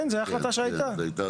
כן, זו ההחלטה שהייתה.